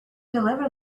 deliver